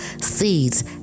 seeds